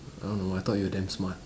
I don't know I thought you're damn smart